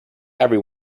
every